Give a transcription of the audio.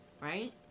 right